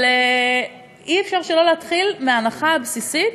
אבל אי-אפשר שלא להתחיל מההנחה הבסיסית,